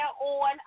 on